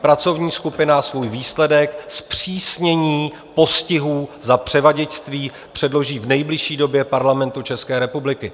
Pracovní skupina svůj výsledek zpřísnění postihů za převaděčství předloží v nejbližší době Parlamentu České republiky.